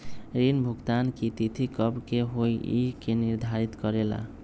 ऋण भुगतान की तिथि कव के होई इ के निर्धारित करेला?